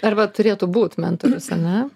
arba turėtų būt mentorius ar ne